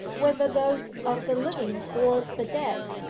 whether those of the living or the dead,